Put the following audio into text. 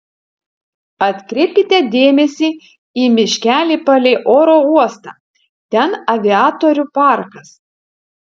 atkreipkite dėmesį į miškelį palei oro uostą ten aviatorių parkas